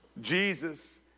Jesus